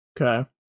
Okay